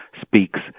speaks